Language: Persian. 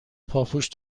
پاپوش